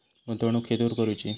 गुंतवणुक खेतुर करूची?